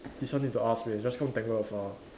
this one need to ask meh just